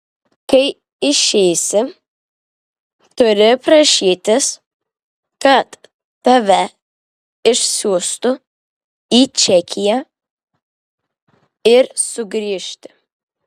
kai išeisi turi prašytis kad tave išsiųstų į čekiją ir sugrįžti